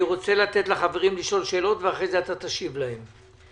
אני רוצה לתת לחברים לשאול שאלות ואחר כך אתה תשיב להם.